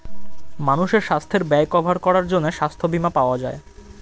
মানুষের সাস্থের ব্যয় কভার করার জন্যে সাস্থ বীমা পাওয়া যায়